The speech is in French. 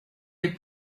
les